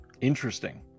Interesting